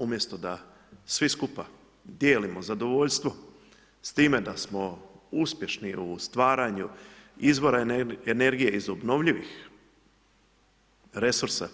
Umjesto da svi skupa dijelimo zadovoljstvo s time da smo uspješni u stvaranju izvora energije iz obnovljivih resursa,